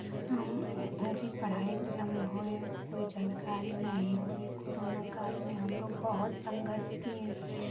उनकी पढ़ाई विलंब होए उनको कोई जानकारी नहीं हुई कोरोना काल में हम लोग बहोत संघर्ष किए